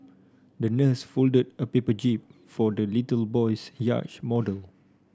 the nurse folded a paper jib for the little boy's yacht model